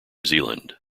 zealand